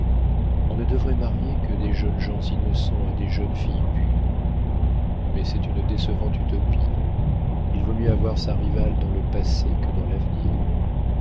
on ne devrait marier que des jeunes gens innocents à des jeunes filles pures mais c'est une décevante utopie il vaut mieux avoir sa rivale dans le passé que dans l'avenir